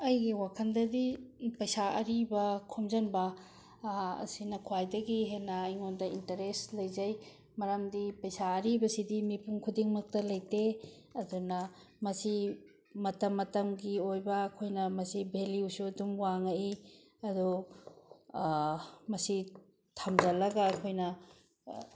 ꯑꯩꯒꯤ ꯋꯥꯈꯜꯗꯗꯤ ꯄꯩꯁꯥ ꯑꯔꯤꯕ ꯈꯣꯝꯖꯤꯟꯕ ꯑꯁꯤꯅ ꯈ꯭ꯋꯥꯏꯗꯒꯤ ꯍꯦꯟꯅ ꯑꯩꯉꯣꯟꯗ ꯏꯟꯇꯔꯦꯁ ꯂꯩꯖꯩ ꯃꯔꯝꯗꯤ ꯄꯩꯁꯥ ꯑꯔꯤꯕꯁꯤꯗꯤ ꯃꯤꯄꯨꯝ ꯈꯨꯗꯤꯡꯃꯛꯇ ꯂꯩꯇꯦ ꯑꯗꯨꯅ ꯃꯁꯤ ꯃꯇꯝ ꯃꯇꯝꯒꯤ ꯑꯣꯏꯕ ꯑꯩꯈꯣꯏꯅ ꯃꯁꯤ ꯚꯦꯂ꯭ꯌꯨꯁꯨ ꯑꯗꯨꯝ ꯋꯥꯡꯉꯛꯏ ꯑꯗꯣ ꯃꯁꯤ ꯊꯝꯖꯤꯜꯂꯒ ꯑꯩꯈꯣꯏꯅ